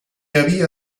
havia